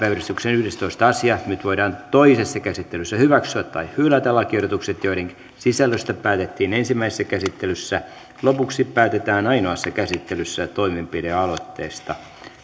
yhdestoista asia nyt voidaan toisessa käsittelyssä hyväksyä tai hylätä lakiehdotukset joiden sisällöstä päätettiin ensimmäisessä käsittelyssä lopuksi päätetään ainoassa käsittelyssä toimenpidealoitteesta